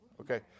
Okay